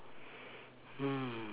hmm